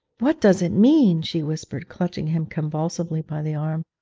what does it mean she whispered, clutching him convulsively by the arm.